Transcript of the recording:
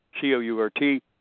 C-O-U-R-T